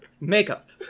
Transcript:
makeup